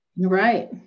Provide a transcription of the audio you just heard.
Right